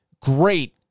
great